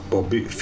Bobby